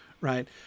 Right